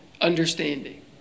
understanding